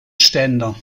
ständer